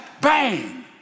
bang